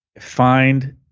Find